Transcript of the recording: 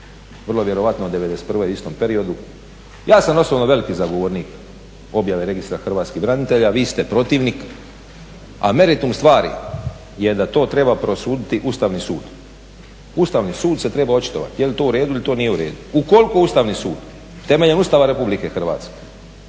vrlo vjerojatno '91. u istom periodu, ja sam osobno veliki zagovornik objave Registra hrvatskih branitelja, vi ste protivnik, a meritum stvari je da to treba prosuditi Ustavni sud. Ustavni sud se treba očitovati je li to u redu ili to nije u redu. Ukoliko Ustavni sud temeljem Ustava Republike Hrvatske